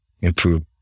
improve